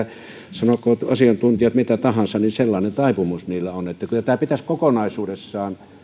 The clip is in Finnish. sanokoot asiantuntijat mitä tahansa niin sellainen taipumus niillä on kyllä tämä pitäisi kokonaisuudessaan